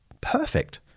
perfect